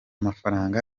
mafaranga